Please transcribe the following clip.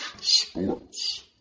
Sports